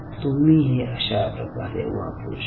तुम्ही हे अशा प्रकारे वापरू शकता